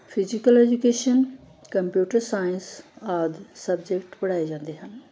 physical education computer science ਆਦਿ subject ਪੜ੍ਹਾਏ ਜਾਂਦੇ ਹਨ